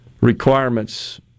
requirements